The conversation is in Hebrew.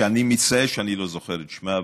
שאני מצטער שאני לא זוכר את שמה,